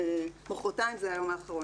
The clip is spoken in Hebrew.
מחרתיים זה היום האחרון,